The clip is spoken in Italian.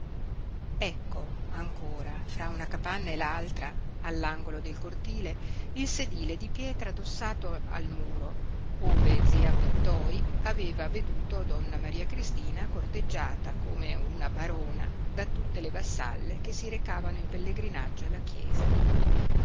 ecco ancora fra una capanna e l'altra all'angolo del cortile il sedile di pietra addossato al muro ove zia pottoi aveva veduto donna maria cristina corteggiata come una barona da tutte le vassalle che si recavano in pellegrinaggio alla chiesa